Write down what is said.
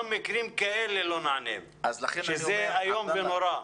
גם מקרים כאלה לא נענים וזה איום ונורא.